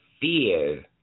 Fear